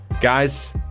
Guys